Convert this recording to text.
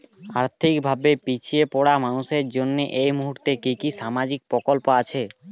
আর্থিক ভাবে পিছিয়ে পড়া মানুষের জন্য এই মুহূর্তে কি কি সামাজিক প্রকল্প আছে?